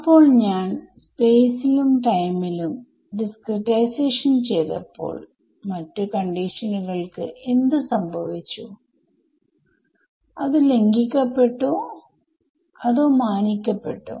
അപ്പോൾ ഞാൻ സ്പേസിലും ടൈമിലും ഡിസ്ക്രിടൈസേഷൻ ചെയ്തപ്പോൾ മറ്റു കണ്ടീഷനുകൾക്ക് എന്ത് സംഭവിച്ചുഅത് ലംഘിക്കപ്പെട്ടോ അതോ മാനിക്കപ്പെട്ടോ